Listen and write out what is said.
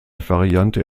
variante